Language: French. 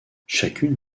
chacune